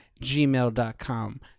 gmail.com